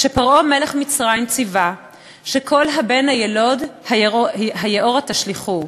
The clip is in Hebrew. כשפרעה מלך מצרים ציווה "כל הבן הילוד היאֹרה תשליכֻהו".